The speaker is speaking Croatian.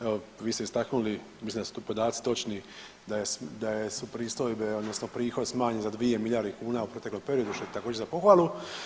Evo vi ste istaknuli, mislim da su to podaci točni da su pristojbe odnosno prihod smanjen za dvije milijarde kuna u proteklom periodu što je također za pohvalu.